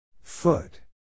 Foot